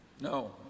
No